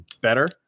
better